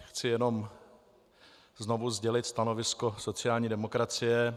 Chci jenom znovu sdělit stanovisko sociální demokracie.